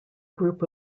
group